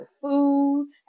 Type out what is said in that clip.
food